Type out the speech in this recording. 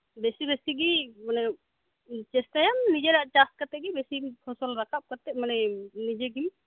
ᱵᱮᱥᱤ ᱵᱮᱥᱤᱜᱤ ᱢᱟᱱᱮ ᱪᱮᱥᱴᱟᱭᱟᱢ ᱱᱤᱡᱮᱨᱟᱜ ᱪᱟᱥᱠᱟᱛᱮᱜ ᱜᱤ ᱯᱷᱚᱥᱚᱞ ᱨᱟᱠᱟᱵ ᱠᱟᱛᱮᱫ ᱱᱤᱡᱮᱜᱤ